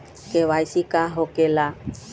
KYC का हो के ला?